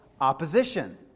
Opposition